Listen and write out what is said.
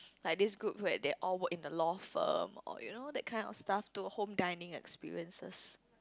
like this group where they all work in the law firm or you know that kind of stuff to home guiding experiences